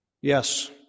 Yes